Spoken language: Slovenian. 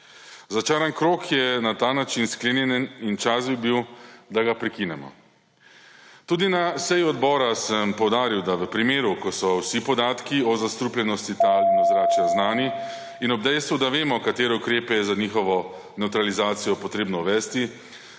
Začaran krog je na ta način sklenjen in čas bi bil, da ga prekinemo. Tudi na seji odbora sem poudaril, da v primeru, ko so vsi podatki o zastrupljenosti tal in ozračja znani, in ob dejstvu, da vemo, katere ukrepe je za njihovo nevtralizacijo treba uvesti,